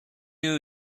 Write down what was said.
you